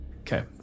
Okay